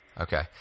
okay